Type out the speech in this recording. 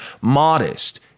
modest